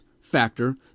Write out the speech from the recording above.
factor